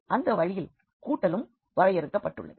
அந்த வழியில் கூட்டலுக்கும் வரையறுக்கப்பட்டுள்ளது